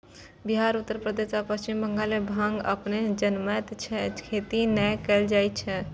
बिहार, उत्तर प्रदेश आ पश्चिम बंगाल मे भांग अपने जनमैत छै, खेती नै कैल जाए छै